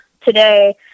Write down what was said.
today